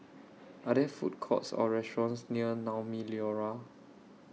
Are There Food Courts Or restaurants near Naumi Liora